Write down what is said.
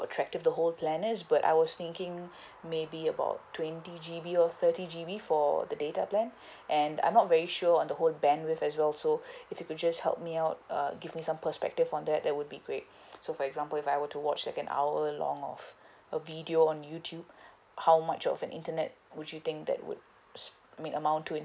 attractive the whole plan is but I was thinking maybe about twenty G_B or thirty G_B for the data plan and I'm not very sure on the whole bandwidth as well so if you could just help me out uh give me some perspective on that that would be great so for example if I were to watch like an hour long of a video on youtube how much of an internet would you think that would s~ I mean amount to it